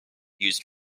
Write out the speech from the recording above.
used